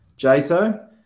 Jaso